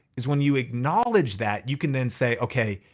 is when you acknowledge that you can then say, okay,